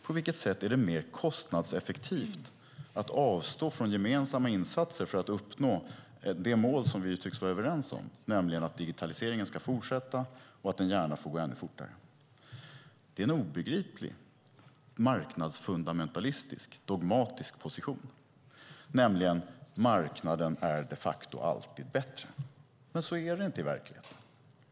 På vilket sätt är det mer kostnadseffektivt att avstå från gemensamma insatser för att uppnå det mål vi tycks vara överens om, nämligen att digitaliseringen ska fortsätta och gärna får gå ännu fortare? Det är en obegriplig marknadsfundamentalistisk, dogmatisk position: Marknaden är de facto alltid bättre. Men så är det inte i verkligheten.